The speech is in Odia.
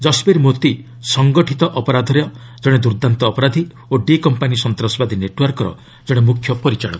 ଜଶ୍ବୀର ମୋଦି ସଙ୍ଗଠିତ ଅପରାଧର ଜଣେ ଦୁର୍ଦ୍ଦାନ୍ତ ଅପରାଧି ଓ ଡି' କମ୍ପାନୀ ସନ୍ତାସବାଦୀ ନେଟୱାର୍କରେ ଜଣେ ମୁଖ୍ୟ ପରିଚାଳକ